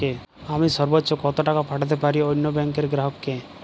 আমি সর্বোচ্চ কতো টাকা পাঠাতে পারি অন্য ব্যাংক র গ্রাহক কে?